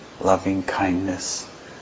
loving-kindness